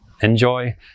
enjoy